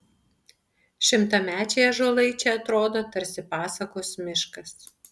šimtamečiai ąžuolai čia atrodo tarsi pasakos miškas